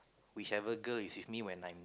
whichever girl is with me when I'm